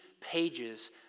pages